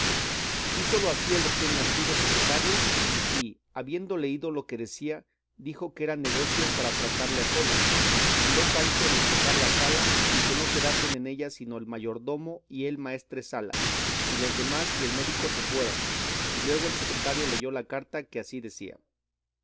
hízolo así el recién nacido secretario y habiendo leído lo que decía dijo que era negocio para tratarle a solas mandó sancho despejar la sala y que no quedasen en ella sino el mayordomo y el maestresala y los demás y el médico se fueron y luego el secretario leyó la carta que así decía